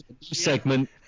segment